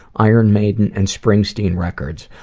iron maiden and springsteen records.